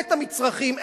את המצרכים,